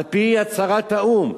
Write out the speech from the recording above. על-פי הצהרת האו"ם,